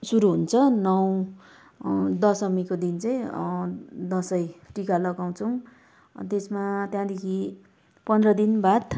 सुरु हुन्छ नौ दशमीको दिन चाहिँ दसैँ टिका लगाउँछौँ त्यसमा त्यहाँदेखि पन्ध्र दिनबाद